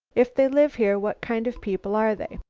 if they live here, what kind of people are they?